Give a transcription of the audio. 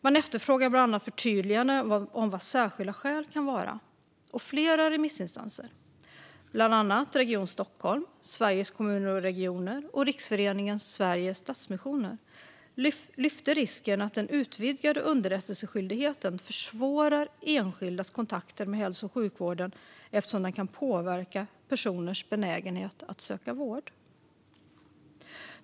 Man efterfrågar bland annat förtydliganden om vad särskilda skäl kan vara. Och flera remissinstanser, bland annat Region Stockholm, Sveriges Kommuner och Regioner och Riksföreningen Sveriges Stadsmissioner, lyfter risken att den utvidgade underrättelseskyldigheten försvårar enskildas kontakter med hälso och sjukvården eftersom den kan påverka personers benägenhet att söka vård.